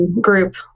group